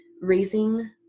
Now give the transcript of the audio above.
raising